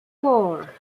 four